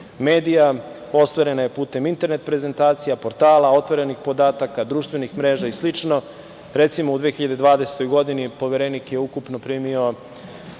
medija. Ostvarena je putem internet prezentacija, portala, otvorenih podataka, društvenih mreža i slično. Recimo, u 2020. godini, Poverenik je ukupno primio